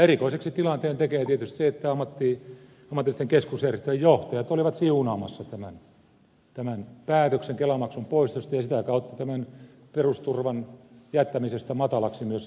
erikoiseksi tilanteen tekee tietysti se että ammatillisten keskusjärjestöjen johtajat olivat siunaamassa tämän päätöksen kelamaksun poistosta ja sitä kautta tämän päätöksen perusturvan jättämisestä matalaksi myös jatkossa